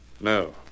No